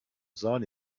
sahne